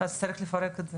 אז צריך לפרק את זה.